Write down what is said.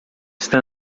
está